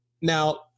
now